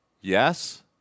Yes